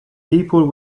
people